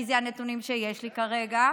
כי אלה הנתונים שיש לי כרגע,